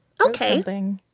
Okay